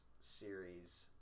series